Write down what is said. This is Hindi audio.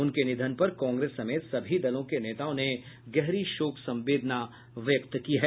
उनके निधन पर कांग्रेस समेत सभी दलों के नेताओं ने गहरी शोक संवेदना व्यक्त की है